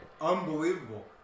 Unbelievable